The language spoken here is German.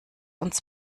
uns